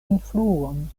influon